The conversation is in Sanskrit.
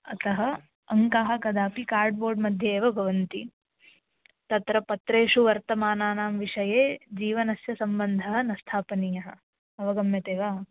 अतः अङ्काः कदापि कर्ड्बोर्ड् मध्ये एव भवन्ति तत्र पत्रेषु वर्तमानानां विषये जीवनस्य सम्बन्धः न स्थापनीयः अवगम्यते वा